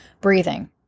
Breathing